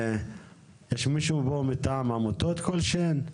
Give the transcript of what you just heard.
יש מישהו פה מטעם עמותות כלשהן?